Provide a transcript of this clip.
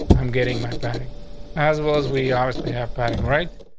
i'm getting my padding as well as we obviously have padding, right,